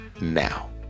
now